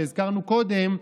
שהזכרנו קודם,